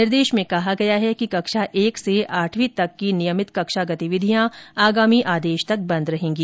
निर्देश में कहा गया है कि कक्षा एक से आठवीं तक की नियमित कक्षा गतिविधियां आगामी आदेश तक बंद रहेगी